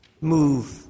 move